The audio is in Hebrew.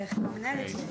זה